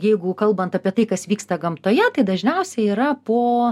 jeigu kalbant apie tai kas vyksta gamtoje tai dažniausiai yra po